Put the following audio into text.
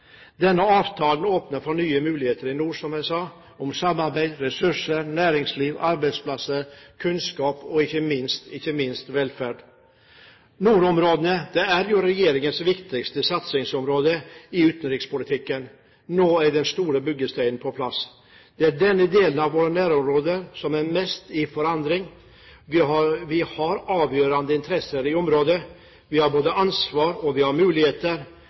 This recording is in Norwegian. Denne avtalen åpner, som jeg sa, for nye muligheter i nord når det gjelder samarbeid, ressurser, næringsliv, arbeidsplasser, kunnskap og ikke minst velferd. Nordområdene er regjeringens viktigste satsingsområde i utenrikspolitikken. Nå er den store byggesteinen på plass. Det er denne delen av våre nærområder som er mest i forandring. Vi har avgjørende interesser i området. Vi har både ansvar og muligheter. Et nytt, godt kapittel skrives for nord. De talere som heretter får ordet, har